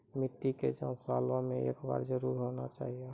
मिट्टी के जाँच सालों मे एक बार जरूर होना चाहियो?